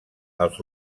als